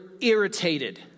irritated